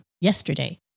yesterday